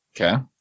Okay